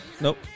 Nope